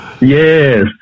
Yes